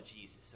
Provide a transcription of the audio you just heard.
Jesus